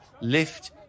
Lift